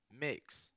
mix